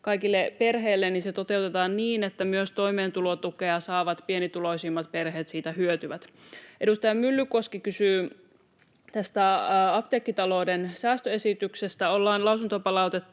kaikille perheille, toteutetaan niin, että myös toimeentulotukea saavat pienituloisimmat perheet siitä hyötyvät. Edustaja Myllykoski kysyi tästä apteekkitalouden säästöesityksestä. Ollaan lausuntopalautetta